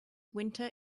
winter